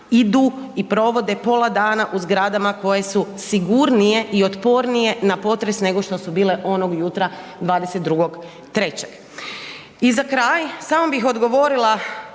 idu i provode pola dana u zgradama koje su sigurnije i otpornije na potres nego što su bile onog jutra 22.3. I za kraj, samo bih odgovorila